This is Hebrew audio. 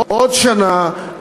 עוד שנה,